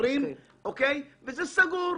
מעל הקופאיות וזה סגור.